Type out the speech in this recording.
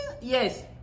Yes